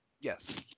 Yes